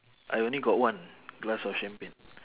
I only got one glass of champagne